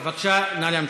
בבקשה, נא להמשיך.